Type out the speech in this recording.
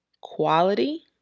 quality